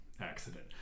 accident